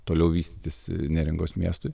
toliau vystytis neringos miestui